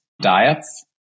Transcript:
diets